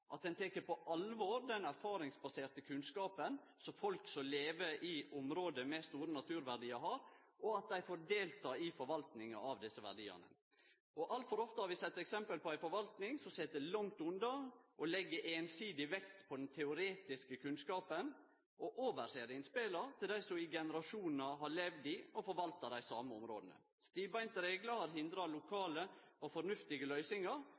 at ein tek på alvor den erfaringsbaserte kunnskapen som folk som lever i område med store naturverdiar har, og at dei får delta i forvaltinga av desse verdiane. Altfor ofte har vi sett eksempel på at ei forvalting som sit langt unna, legg einsidig vekt på den teoretiske kunnskapen, og overser innspela til dei som i generasjonar har levd i og forvalta dei same områda. Stivbeinte reglar har hindra lokale og fornuftige løysingar,